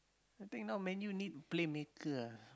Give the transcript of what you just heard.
I think now Man-U need play ah